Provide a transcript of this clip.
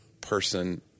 person